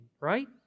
right